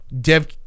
dev